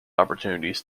opportunities